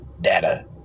Data